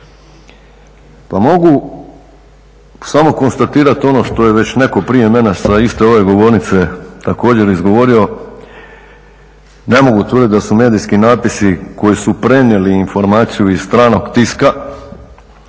Pa mogu samo konstatirati ono što je već netko prije mene sa iste ove govornice također izgovorio, ne mogu tvrditi da su medijski natpisi koji su prenijeli informaciju iz stranog tiska,